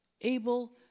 able